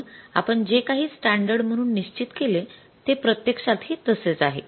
म्हणून आपण जे काही स्टॅंडर्ड म्हणून निश्चित केले ते प्रत्यक्षातही तसेच आहे